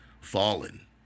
fallen